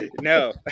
no